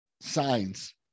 Signs